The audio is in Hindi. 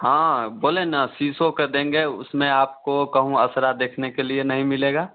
हाँ बोलें ना सीसों का देंगे उसमें आपको कहीं असरा देखने के लिए नहीं मिलेगा